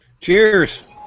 Cheers